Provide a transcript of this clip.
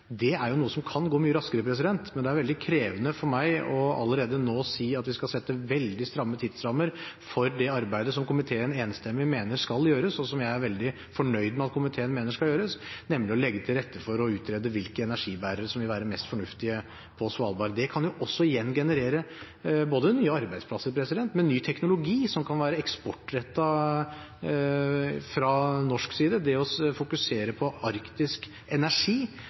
Det er noe som kan gå mye raskere, men det er veldig krevende for meg allerede nå å si at vi skal sette veldig stramme tidsrammer for det arbeidet som komiteen enstemmig mener skal gjøres, og som jeg er veldig fornøyd med at komiteen mener skal gjøres, nemlig å legge til rette for å utrede hvilke energibærere som vil være mest fornuftig på Svalbard. Det kan igjen generere både nye arbeidsplasser og ny teknologi, som kan være eksportrettet fra norsk side. Det å fokusere på arktisk energi